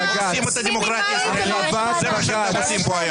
צדק לפוליטיקאים מושחתים, זה מה שאתם עושים פה.